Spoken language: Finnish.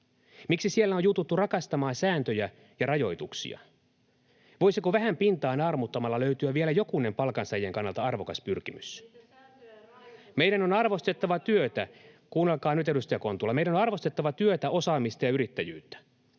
Miksi siellä on juututtu rakastamaan sääntöjä ja rajoituksia? Voisiko vähän pintaa naarmuttamalla löytyä vielä jokunen palkansaajien kannalta arvokas pyrkimys? [Anna Kontula: Eikö niitä sääntöjä ja rajoituksia ole ajanut porvarihallitus?] — Kuunnelkaa nyt, edustaja Kontula. Meidän on arvostettava työtä, osaamista ja yrittäjyyttä.